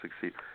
succeed